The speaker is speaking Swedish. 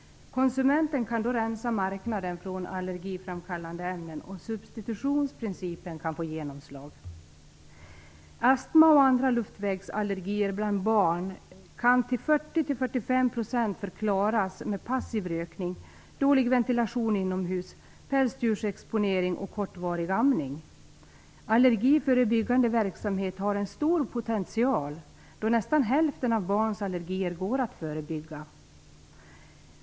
Konsumenten kan då rensa marknaden från allergiframkallande ämnen och substitutionsprincipen kan få genomslag. Astma och andra luftvägsallergier bland barn kan till 40-45 % förklaras med passiv rökning, dålig ventilation inomhus, pälsdjursexponering och kortvarig amning. Allergiförebyggande verksamhet har en stor potential då nästan hälften av barns allergier går att förebygga.